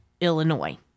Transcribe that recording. Illinois